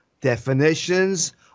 definitions